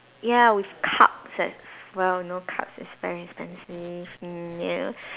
ya with cups as well no cups is very expensive mm you know